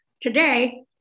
Today